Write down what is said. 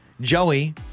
Joey